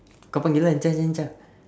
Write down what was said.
kau panggil lah lincah lincah lincah